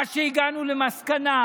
המסקנה שהגענו אליה,